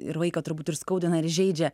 ir vaiką turbūt ir skaudina ir žeidžia